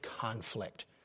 conflict